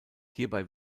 hierbei